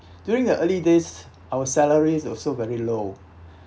during the early days our salaries also very low